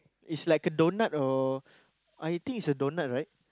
it's like a donut or I think it's a donut right